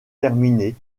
terminé